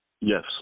Yes